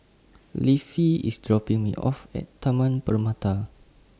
Leafy IS dropping Me off At Taman Permata